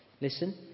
listen